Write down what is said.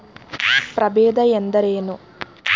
ಪ್ರಭೇದ ಎಂದರೇನು?